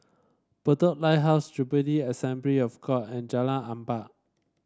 Bedok Lighthouse Jubilee Assembly of God and Jalan Ampang